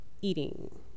eating